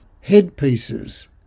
headpieces